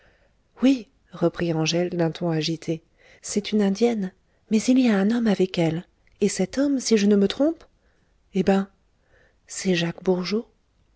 oui reprit angèle d'un ton agité c'est une indienne mais il y a un homme avec elle et cet homme si je ne me trompe eh ben c'est jacques bourgeot